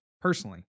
Personally